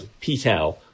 P-tau